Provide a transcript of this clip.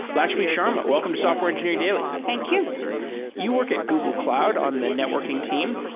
lakshmi sharma, welcome to software engineering daily thank you you work at google cloud on the networking team.